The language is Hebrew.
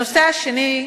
הנושא השני,